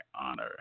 honor